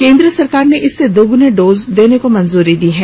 केंद्र सरकार ने इससे दोगुने डोज देने को मंजूरी दी है